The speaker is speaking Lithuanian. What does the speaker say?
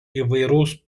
įvairaus